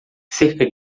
cerca